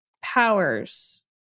powers